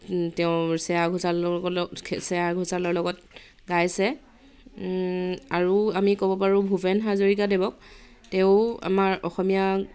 তেওঁ শ্ৰোয়া ঘোসালৰ লগত শ্ৰেয়া ঘোসালৰ লগত গাইছে আৰু আমি ক'ব পাৰোঁ ভূপেন হাজৰিকাদেৱক তেওঁ আমাৰ অসমীয়া